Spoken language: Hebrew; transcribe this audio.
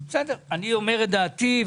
בסדר, אני אומר את דעתי.